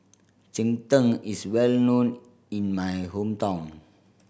cheng tng is well known in my hometown